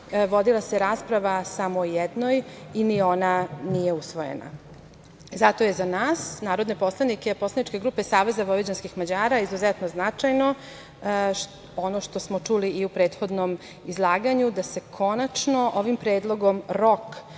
vodila se rasprava samo o jednoj i ni ona nije usvojena. Zato je za nas, narodne poslanike poslaničke grupe SVM, izuzetno značajno ono što smo čuli i u prethodnom izlaganju, da se konačno ovim predlogom rok